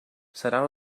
seran